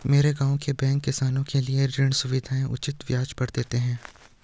मेरे गांव के बैंक किसानों के लिए ऋण सुविधाएं उचित ब्याज पर देते हैं